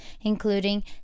including